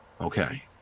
Okay